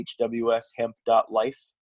hwshemp.life